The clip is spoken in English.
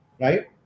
right